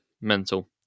mental